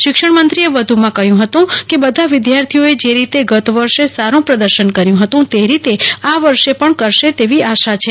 શિક્ષણ મંત્રીએ વધુમાં કહ્યું હતું કે બધા વિદ્યાર્થીઓએ જે રીતે ગત વર્ષે સાડું પ્રદર્શન કર્યું હતું તે રીતે આ વર્ષે પણ કરશે તેવી આશા છે